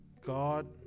God